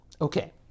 Okay